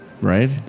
Right